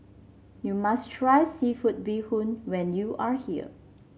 you must try seafood Bee Hoon when you are here